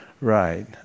right